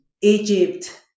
Egypt